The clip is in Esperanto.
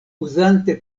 uzante